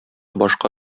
башка